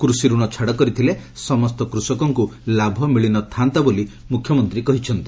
କୃଷି ରଣ ଛାଡ କରିଥିଲେ ସମସ୍ତ କୃଷକଙ୍ଙୁ ଲାଭ ମିଳି ନ ଥାଆନ୍ତା ବୋଲି ମୁଖ୍ୟମନ୍ତୀ କହିଛନ୍ତି